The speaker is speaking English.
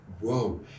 whoa